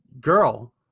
girl